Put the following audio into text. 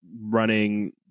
running